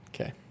Okay